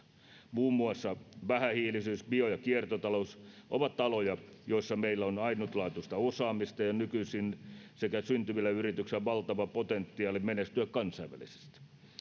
muun muassa vähähiilisyys sekä bio ja kiertotalous ovat aloja joilla meillä on ainutlaatuista osaamista jo nykyisin sekä syntyvillä yrityksillä valtava potentiaali menestyä kansainvälisesti